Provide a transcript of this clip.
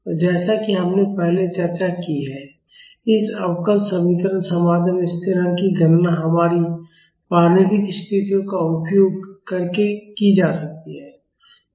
और जैसा कि हमने पहले चर्चा की है इस अवकल समीकरण समाधान में स्थिरांक की गणना हमारी प्रारंभिक स्थितियों का उपयोग करके की जा सकती है